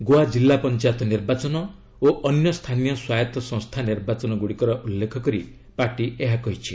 ଗୋଆ ଜିଲ୍ଲା ପଞ୍ଚାୟତ ନିର୍ବାଚନ ଓ ଅନ୍ୟ ସ୍ଥାନୀୟ ସ୍ୱାୟତ ସଂସ୍ଥା ନିର୍ବାଚନ ଗୁଡ଼ିକର ଉଲ୍ଲେଖ କରି ପାର୍ଟି ଏହା କହିଛି